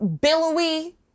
billowy